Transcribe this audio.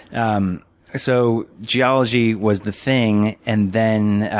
um so geology was the thing. and then,